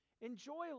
Enjoy